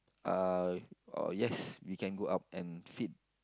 uh oh yes we can go up and feed